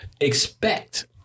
Expect